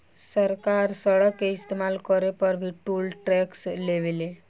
सरकार सड़क के इस्तमाल करे पर भी टोल टैक्स लेवे ले